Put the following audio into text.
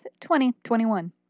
2021